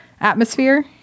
atmosphere